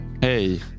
Hey